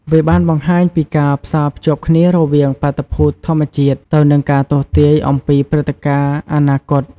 វាបានបង្ហាញពីការផ្សារភ្ជាប់គ្នារវាងបាតុភូតធម្មជាតិ ទៅនឹងការទស្សន៍ទាយអំពីព្រឹត្តិការណ៍អនាគត។